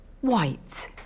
white